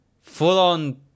full-on